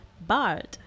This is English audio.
bard